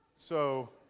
so